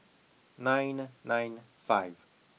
nine nine five